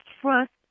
Trust